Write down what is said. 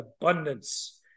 abundance